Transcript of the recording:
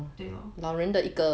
对 lor